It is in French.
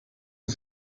que